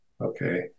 Okay